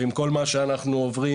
עם כל מה שאנחנו עוברים,